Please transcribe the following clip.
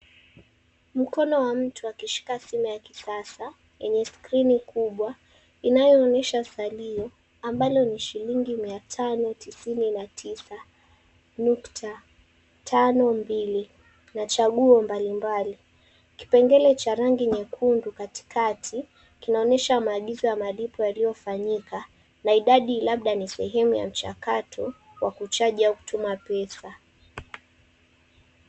Mkono wa mtu akishika simu ya kisasa yenye skrini kubwa inayoonyesha salio ambalo ni shilingi 599.52 na chaguo mbalimbali. Kipengele cha rangi nyekundu katikati kinaonyesha maagizo ya malipo yaliyofanyika na idadi labda ni sehemu ya mchakato wa kuchaji au kutuma pesa.